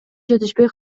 жетишпей